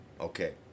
Okay